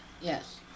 Yes